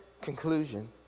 conclusion